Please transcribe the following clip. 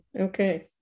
Okay